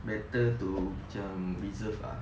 better to macam reserve lah